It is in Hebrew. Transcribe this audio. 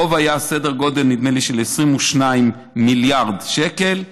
החוב היה בסדר גודל, נדמה לי, של 22 מיליארד שקל.